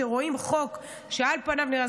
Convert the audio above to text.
כשרואים חוק שעל פניו נראה,